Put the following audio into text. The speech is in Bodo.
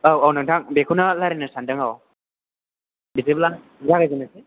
औ औ नोंथां बेखौनो रायज्लायनो सान्दों औ बिदिब्ला जागायजेननोसै